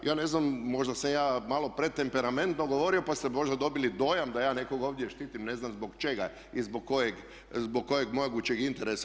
Ja ne znam možda sam ja malo pretemperamentno govorio pa ste možda dobili dojam da ja nekog ovdje štitim, ne znam zbog čega i zbog kojeg mogućeg interesa.